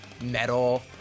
metal